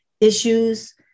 issues